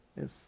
Yes